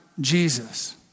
Jesus